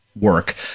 work